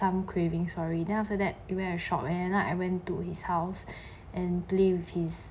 some craving for it then after that you went a shop and end up I went to his house and play with his